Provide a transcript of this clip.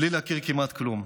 בלי להכיר כמעט כלום.